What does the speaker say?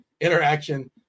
interaction